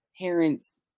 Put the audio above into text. parents